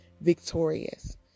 victorious